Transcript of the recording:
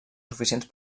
suficients